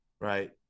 Right